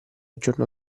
giorno